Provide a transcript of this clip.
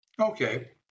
Okay